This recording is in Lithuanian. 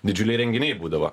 didžiuliai renginiai būdavo